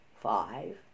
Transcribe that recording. Five